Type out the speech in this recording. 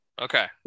Okay